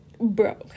Bro